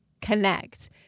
connect